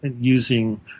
using